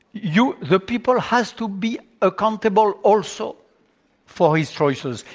you the people has to be accountable also for his choices.